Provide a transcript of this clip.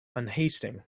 unhasting